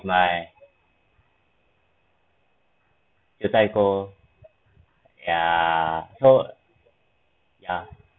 jiu zhai gou ya so ya